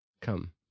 Come